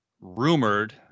rumored